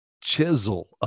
chisel